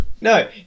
No